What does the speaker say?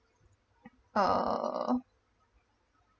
err